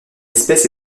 espèce